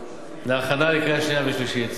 להכנה לקריאה שנייה ולקריאה שלישית.